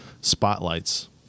spotlights